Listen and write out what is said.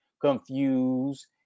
Confused